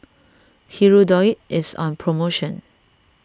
Hirudoid is on Promotion